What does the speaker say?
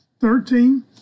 Thirteen